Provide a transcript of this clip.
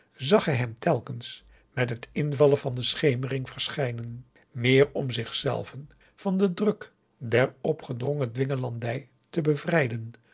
zag hij hem telkens met het invallen van de schemering verschijnen meer om zichzelven van den druk der opgedrongen dwingelandij te bevrijden